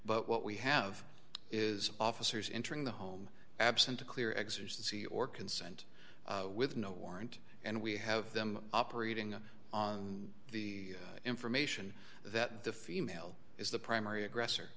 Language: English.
but what we have is officers entering the home absent a clear exit c or consent with no warrant and we have them operating on the information that the female is the primary aggressor